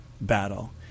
battle